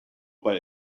bei